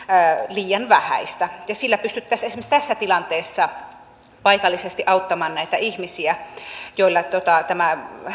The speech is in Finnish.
liian vähäistä sillä pystyttäisiin esimerkiksi tässä tilanteessa paikallisesti auttamaan näitä ihmisiä joilla tämä